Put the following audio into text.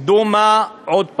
דומא עוד פעם.